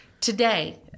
Today